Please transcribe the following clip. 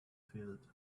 filled